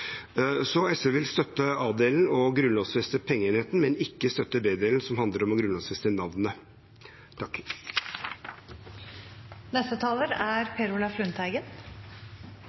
Så SV vil støtte a-delen, å grunnlovfeste pengeenheten, men ikke støtte b-delen, som handler om å grunnlovfeste navnet. Dette er et forslag som jeg er